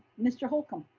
mr. holcomb.